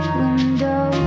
window